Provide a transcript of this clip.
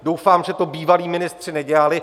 Doufám, že to bývalí ministři nedělali.